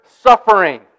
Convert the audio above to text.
suffering